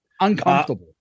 Uncomfortable